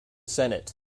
senate